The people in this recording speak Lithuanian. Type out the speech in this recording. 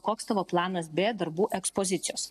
koks tavo planas b darbų ekspozicijos